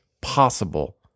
possible